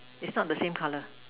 it's not the same color